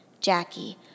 Jackie